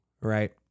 right